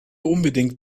unbedingt